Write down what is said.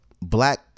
black